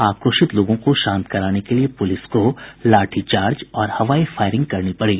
आक्रोशित लोगों को शांत कराने के लिए पुलिस को लाठीचार्ज और हवाई फायरिंग करनी पड़ी